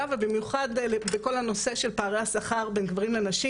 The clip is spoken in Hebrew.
ובמיוחד בכל הנושא של פערי השכר בין גברים לנשים,